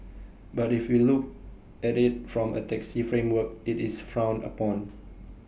but if we look at IT from A taxi framework IT is frowned upon